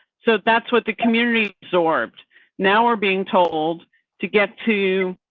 so that's what the community absorbed now we're being told to get to.